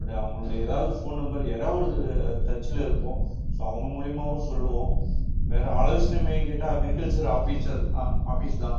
but அவங்களுக்கு எதாவது ஒரு ஃபோன் நம்பர் எதாவது ஒரு டச்சில் இருப்போம் ஸோ அவங்க மூலிமாவும் சொல்லுவோம் வேறே ஆலோசனைமே கேட்டால் அக்ரிகல்ச்சர் ஆபீசர் ஆபீஸ் தான்